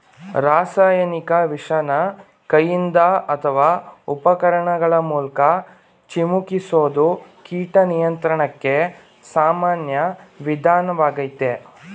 ರಾಸಾಯನಿಕ ವಿಷನ ಕೈಯಿಂದ ಅತ್ವ ಉಪಕರಣಗಳ ಮೂಲ್ಕ ಚಿಮುಕಿಸೋದು ಕೀಟ ನಿಯಂತ್ರಣಕ್ಕೆ ಸಾಮಾನ್ಯ ವಿಧಾನ್ವಾಗಯ್ತೆ